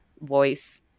voice